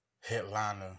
headliner